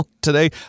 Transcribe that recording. Today